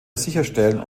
sicherstellen